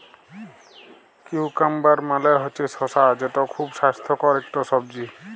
cucumber মালে হছে শসা যেট খুব স্বাস্থ্যকর ইকট সবজি